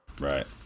right